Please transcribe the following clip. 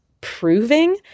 proving